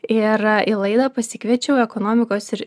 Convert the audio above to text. ir į laidą pasikviečiau ekonomikos ir